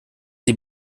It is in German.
die